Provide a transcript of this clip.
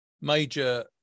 major